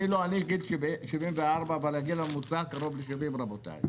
אני בן 74, אבל הגיל הממוצע קרוב ל-70, רבותיי.